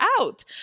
out